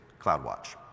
CloudWatch